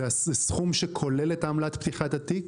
זה סכום שכולל את עמלת פתיחת התיק?